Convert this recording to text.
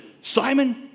simon